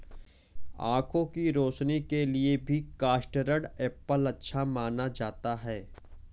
आँखों की रोशनी के लिए भी कस्टर्ड एप्पल अच्छा माना जाता है